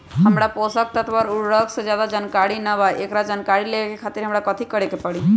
हमरा पोषक तत्व और उर्वरक के ज्यादा जानकारी ना बा एकरा जानकारी लेवे के खातिर हमरा कथी करे के पड़ी?